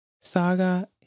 saga